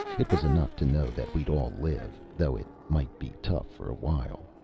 it was enough to know that we'd all live, though it might be tough for a while.